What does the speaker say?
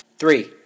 Three